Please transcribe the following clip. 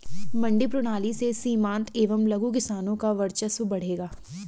मंडी प्रणाली से सीमांत एवं लघु किसानों का वर्चस्व बढ़ेगा